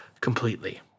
completely